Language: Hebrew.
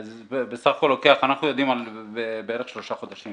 --- זה בסך הכל לוקח --- אנחנו יודעים על 3 חודשים.